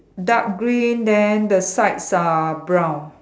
dark green then the sides are brown